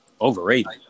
Overrated